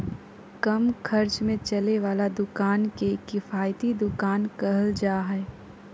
कम खर्च में चले वाला दुकान के किफायती दुकान कहल जा हइ